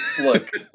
look